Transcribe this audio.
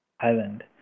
island